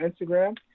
Instagram